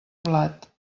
blat